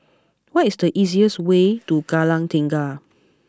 what is the easiest way to Kallang Tengah